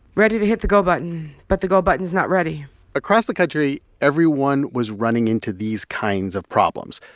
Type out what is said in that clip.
ready to hit the go button, but the go button's not ready across the country, everyone was running into these kinds of problems.